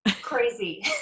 crazy